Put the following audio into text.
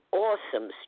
awesome